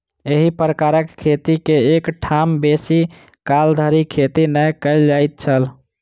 एही प्रकारक खेती मे एक ठाम बेसी काल धरि खेती नै कयल जाइत छल